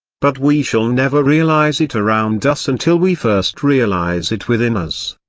but we shall never realise it around us until we first realise it within us.